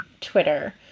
Twitter